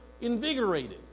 invigorated